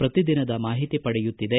ಪ್ರತಿ ದಿನದ ಮಾಹಿತಿ ಪಡೆಯುತ್ತಿದೆ